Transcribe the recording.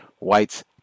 whites